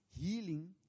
healing